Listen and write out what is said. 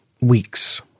Weeks